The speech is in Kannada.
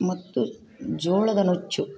ಮತ್ತು ಜೋಳದ ನುಚ್ಚು